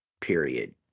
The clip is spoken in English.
Period